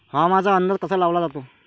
हवामानाचा अंदाज कसा लावला जाते?